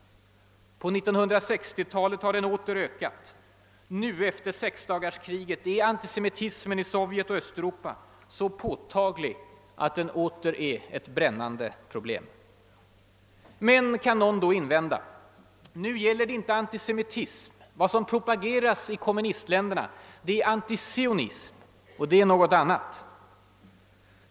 På 1960-talet har den åter ökat. Nu, efter sexdagarskriget, är antisemitismen i Sovjet och Östeuropa så påtaglig att den åter är ett brännande problem. Men, någon kan invända, nu gäl ler det inte antisemitism. Vad som nu propageras i kommunistländerna är antisionism, vilket är något helt annat.